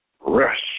rest